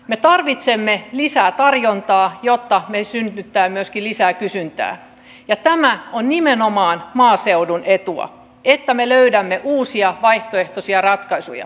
me tarvitsemme lisää tarjontaa jotta meille syntyy myöskin lisää kysyntää ja tämä on nimenomaan maaseudun etu että me löydämme uusia vaihtoehtoisia ratkaisuja